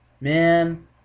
man